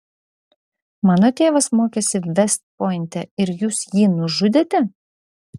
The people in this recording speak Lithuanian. mano tėvas mokėsi vest pointe ir jūs jį nužudėte